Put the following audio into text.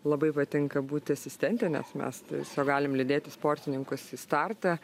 labai patinka būti asistente nes mes tiesiog galim lydėti sportininkus į startą